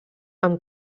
amb